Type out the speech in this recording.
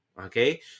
okay